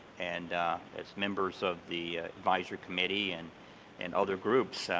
and as members of the advisory committee and and other groups,